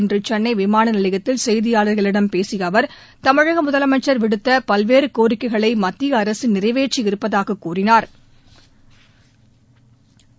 இன்று சென்னை விமான நிலையத்தில் செய்தியாளர்களிடம் பேசிய அவர் தமிழக முதலமைச்ச் விடுத்த பல்வேறு கோரிக்கைகளை மத்திய அரசு நிறைவேற்றியிருப்பதாக கூறினாா்